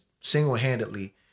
single-handedly